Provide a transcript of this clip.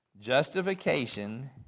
justification